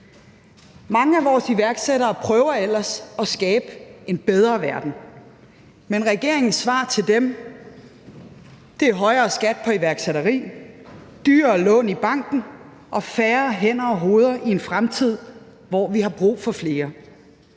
Mange af vores iværksættere prøver ellers at skabe en bedre verden, men regeringens svar til dem er højere skat på iværksætteri, dyrere lån i banken og færre hænder og hoveder i en fremtid, hvor vi har brug for flere.